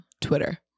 Twitter